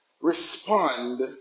respond